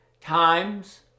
times